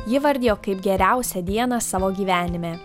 ji vardijo kaip geriausią dieną savo gyvenime